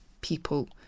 people